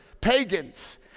pagans